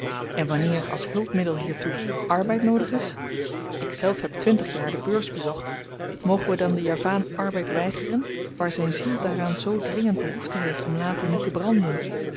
en wanneer als hulpmiddel hiertoe arbeid noodig is ikzelf heb twintig jaar de beurs bezocht mogen we dan den javaan arbeid weigeren waar zyn ziel daaraan zoo dringend behoefte heeft om later niet te branden